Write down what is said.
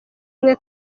umwe